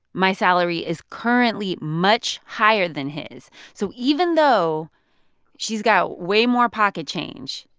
my salary is currently much higher than his so even though she's got way more pocket change,